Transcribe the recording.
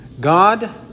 God